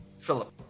Philip